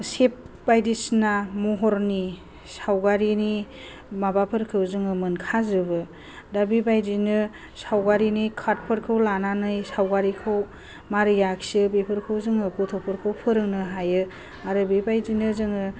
सेप बायदिसिना महरनि सावगारिनि माबाफोरखौ जोङो मोनखाजोबो दा बेबादिनो सावगारिनि कार्डफोरखौ लानानै सावगारिखौ मारै आखियो बेफोरखौ जोङो गथ'फोरखौ फोरोंनो हायो आरो बेबादिनो जोङो